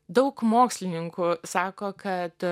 daug mokslininkų sako kad